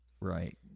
Right